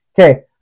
Okay